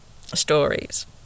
...stories